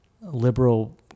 liberal